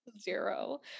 zero